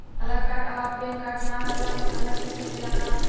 आधार card आ PAN card ना रहला पर खाता खुल सकेला का?